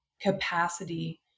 capacity